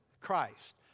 Christ